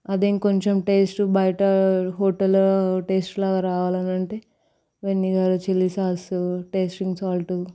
అదే ఇంకొంచెం టేస్ట్ బయట హోటల్లో టేస్ట్లా రావాలని అంటే vinegar chilli sauce tasting salt